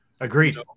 Agreed